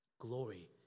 Glory